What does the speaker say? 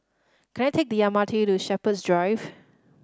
can I take the M R T to Shepherds Drive